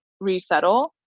resettle